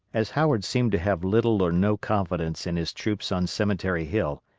as howard seemed to have little or no confidence in his troops on cemetery hill,